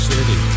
City